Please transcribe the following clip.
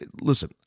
listen